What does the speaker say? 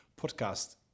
podcast